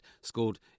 scored